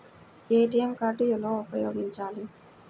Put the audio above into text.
ATM card ఎలా ఉపయోగించాలి?